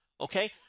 okay